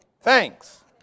thanks